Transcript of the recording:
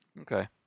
Okay